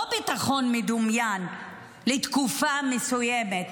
לא ביטחון מדומיין, לתקופה מסוימת,